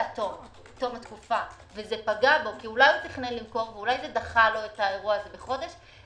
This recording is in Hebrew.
אולי יש מישהו לשמוע אותו מהלשכות,